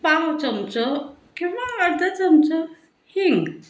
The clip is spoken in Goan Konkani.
पाव चमचो किंवां अर्दा चमचो हिंग